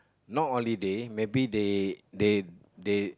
not only they maybe they they they